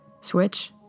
Switch